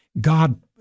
God